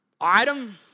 item